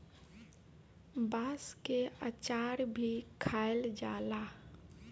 बांस के अचार भी खाएल जाला